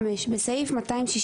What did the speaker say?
(35) (36) בסעיף 261(11ב),